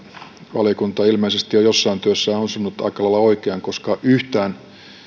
valiokunta ilmeisesti on jossain työssään osunut aika lailla oikeaan koska oikeastaan yhtään